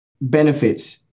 benefits